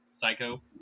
psycho